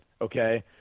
okay